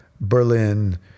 Berlin